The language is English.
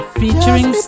featuring